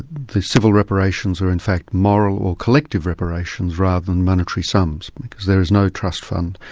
the civil reparations are in fact moral or collective reparations rather than monetary sums, because there is no trust fund,